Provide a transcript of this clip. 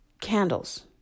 candles